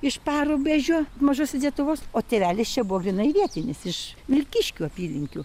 iš parubežio mažosios lietuvos o tėvelis čia buvo grynai vietinis iš vilkiškių apylinkių